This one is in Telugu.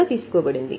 కూడా తీసుకోబడింది